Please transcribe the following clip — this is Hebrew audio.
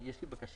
אבל יש לי בקשה.